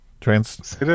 trans